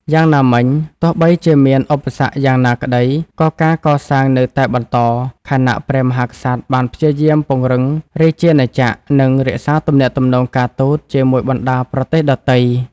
យ៉ាងណាមិញ ទោះបីជាមានឧបសគ្គយ៉ាងណាក្តី ក៏ការកសាងនៅតែបន្ត ខណៈព្រះមហាក្សត្របានព្យាយាមពង្រឹងរាជាណាចក្រ និងរក្សាទំនាក់ទំនងការទូតជាមួយបណ្ដាប្រទេសដទៃ។